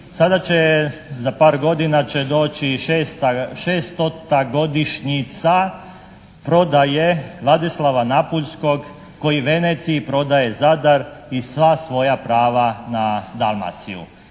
sada će, za par godina će doći 600. godišnjima prodaje Vladislava Napuljskog koji Veneciji prodaje Zadar i sva svoja prava na Dalmaciju.